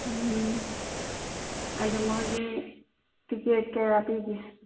ꯎꯝ ꯑꯗꯨ ꯃꯣꯏꯒꯤ ꯇꯤꯛꯀꯦꯠ ꯀꯌꯥ ꯄꯤꯒꯦ